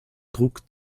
druck